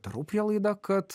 darau prielaidą kad